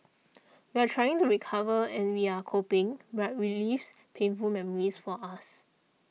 we're trying to recover and we're coping but relives painful memories for us